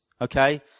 okay